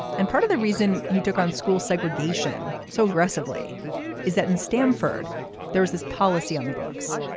and part of the reason he took on school segregation so aggressively is that in stamford there was this policy on the books.